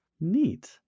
Neat